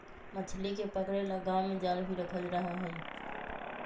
मछली के पकड़े ला गांव में जाल भी रखल रहा हई